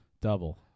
Double